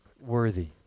worthy